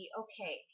okay